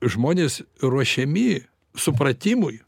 žmonės ruošiami supratimui